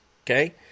Okay